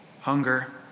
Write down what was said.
hunger